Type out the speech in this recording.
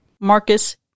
Marcus